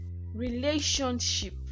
relationship